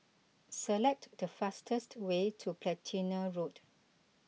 select the fastest way to Platina Road